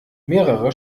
mehrere